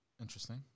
interesting